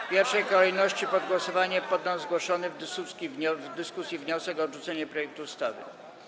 W pierwszej kolejności pod głosowanie poddam zgłoszony w dyskusji wniosek o odrzucenie projektu ustawy.